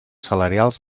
salarials